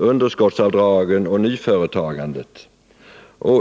underskottsavdragen och nyföretagandet.